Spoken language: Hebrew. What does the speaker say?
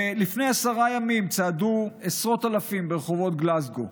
לפני עשרה ימים צעדו עשרות אלפים ברחובות גלזגו,